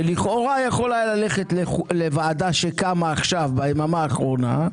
שלכאורה יכול היה ללכת לוועדה שקמה עכשיו ביממה האחרונה,